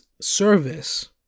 service